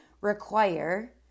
require